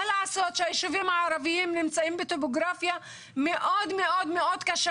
מה לעשות שהישובים הערביים נמצאים בטופוגרפיה מאוד מאוד מאוד קשה